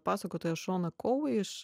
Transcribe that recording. pasakotoja šona kou iš